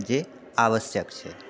जे आवश्यक छै